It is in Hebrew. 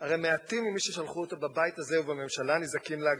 הרי מעטים ממי ששלחו אותו בבית הזה ובממשלה נזעקים להגנתו.